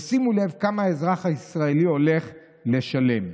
ושימו לב כמה האזרח הישראלי הולך לשלם.